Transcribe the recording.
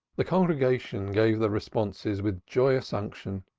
the congregation gave the responses with joyous unction.